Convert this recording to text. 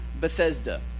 Bethesda